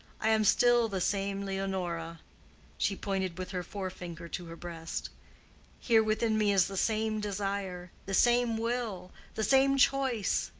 i am still the same leonora she pointed with her forefinger to her breast here within me is the same desire, the same will, the same choice,